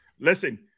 listen